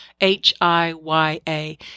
H-I-Y-A